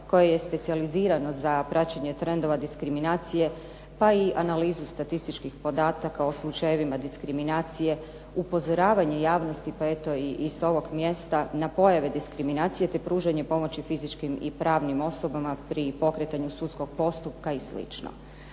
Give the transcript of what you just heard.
koje je specijalizirano za praćenje trendova diskriminacije, pa i analizu statističkih podataka o slučajevima diskriminacije, upozoravanje javnosti pa eto i sa ovog mjesta na pojave diskriminacije, te pružanje pomoći fizičkim i pravnim osobama pri pokretanju sudskog postupka i